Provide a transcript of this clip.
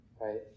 right